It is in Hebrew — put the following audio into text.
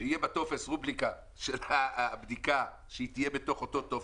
שיהיה בטופס רובריקה של הבדיקה שתהיה בתוך אותו טופס,